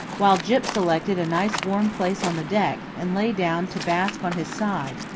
while gyp selected a nice warm place on the deck, and lay down to bask on his side,